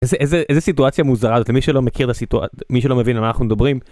איזה איזה איזה סיטואציה מוזרה זאת. למי שלא מכיר את הסיטוא... מי שלא מבין על מה אנחנו מדברים.